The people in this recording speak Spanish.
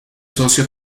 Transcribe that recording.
socio